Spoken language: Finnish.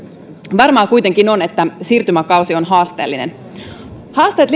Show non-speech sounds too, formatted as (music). varmaa kuitenkin on että siirtymäkausi on haasteellinen haasteet (unintelligible)